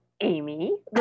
Amy